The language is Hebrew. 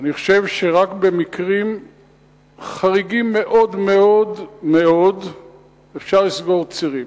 אני חושב שרק במקרים חריגים מאוד מאוד מאוד אפשר לסגור צירים.